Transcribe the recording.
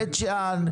בית שאן,